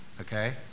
okay